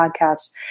podcast